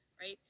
right